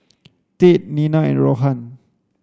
Tate Nina and Rohan